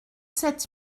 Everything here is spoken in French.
sept